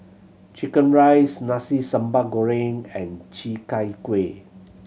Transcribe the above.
chicken rice Nasi Sambal Goreng and Chi Kak Kuih